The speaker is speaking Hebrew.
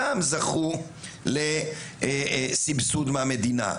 גם זכו לסבסוד מהמדינה,